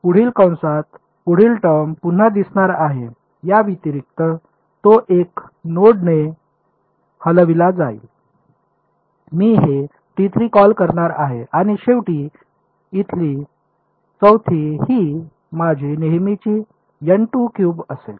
पुढील कंसात पुढील टर्म पुन्हा दिसणार आहे या व्यतिरिक्त तो 1 नोडने हलविला जाईल मी हे कॉल करणार आहे आणि शेवटी इथली चौथी ही माझी नेहमीची असेल